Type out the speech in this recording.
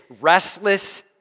restless